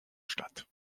statt